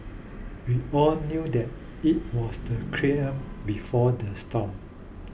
we all knew that it was the before the storm